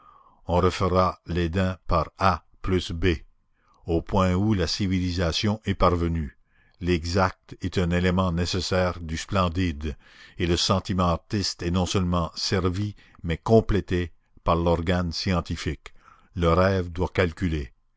on refera l'eden par a b au point où la civilisation est parvenue l'exact est un élément nécessaire du splendide et le sentiment artiste est non seulement servi mais complété par l'organe scientifique le rêve doit calculer